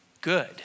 good